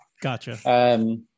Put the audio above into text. Gotcha